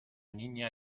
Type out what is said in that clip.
niña